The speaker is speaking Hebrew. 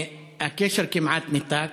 הקשר כמעט ניתק.